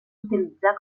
utilitzar